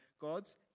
god's